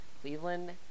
Cleveland